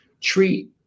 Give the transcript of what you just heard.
treat